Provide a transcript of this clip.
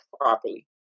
properly